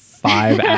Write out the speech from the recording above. five